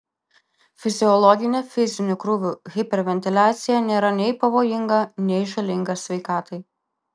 fiziologinė fizinių krūvių hiperventiliacija nėra nei pavojinga nei žalinga sveikatai